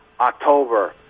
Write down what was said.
October